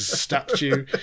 statue